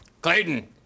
Clayton